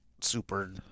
super